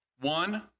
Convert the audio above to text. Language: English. One